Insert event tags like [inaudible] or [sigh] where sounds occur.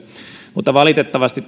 mutta valitettavasti [unintelligible]